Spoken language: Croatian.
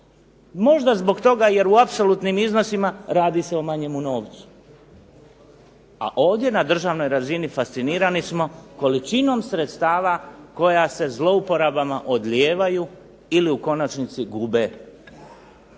možda zbog toga jer u apsolutnim iznosima radi se o manjemu novcu, a ovdje na državnoj razini fascinirani smo količinom sredstava koja se zlouporabama odljevaju ili u konačnici gube